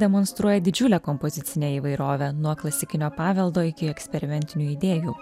demonstruoja didžiulę kompozicinę įvairovę nuo klasikinio paveldo iki eksperimentinių idėjų